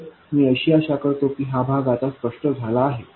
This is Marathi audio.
तर मी आशा करतो की हा भाग आता स्पष्ट झाला आहे